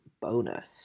bonus